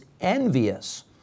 envious